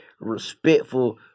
respectful